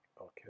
Okay